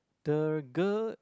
the girl